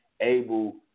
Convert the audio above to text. able